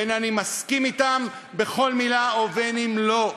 בין שאני מסכים אתם בכל מילה ובין שלא.